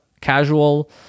casual